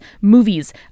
movies